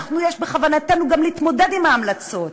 יש בכוונתנו גם להתמודד עם ההמלצות,